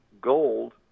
gold